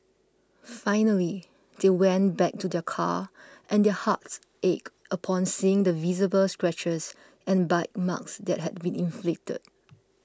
finally they went back to their car and their hearts ached upon seeing the visible scratches and bite marks that had been inflicted